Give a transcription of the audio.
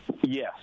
Yes